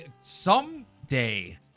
Someday